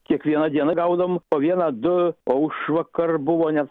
kiekvieną dieną gaudom po vieną du o užvakar buvo net